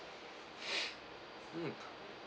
mm